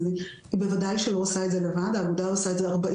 היא בוודאי שלא עושה את זה לבד האגודה עושה את זה כ-40,